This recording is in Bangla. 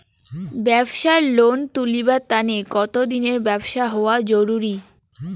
ব্যাবসার লোন তুলিবার তানে কতদিনের ব্যবসা হওয়া জরুরি?